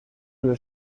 del